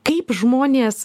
kaip žmonės